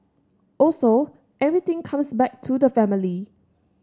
also everything comes back to the family